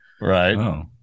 Right